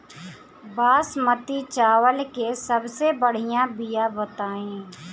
बासमती चावल के सबसे बढ़िया बिया बताई?